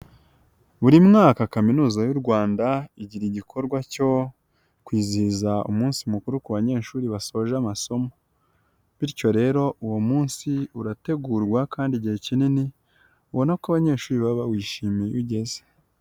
Buri mwaka Kaminuza y'u Rwanda, igira igikorwa cyo kwizihiza umunsi mukuru ku banyeshuri basoje amasomo , bityo rero uwo munsi urategurwa kandi igihe kinini, ubona ko abanyeshuri baba wishimiye iyo ugeze.